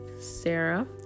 sarah